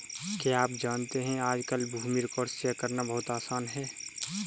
क्या आप जानते है आज कल भूमि रिकार्ड्स चेक करना बहुत आसान है?